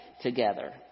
together